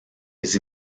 des